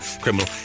criminal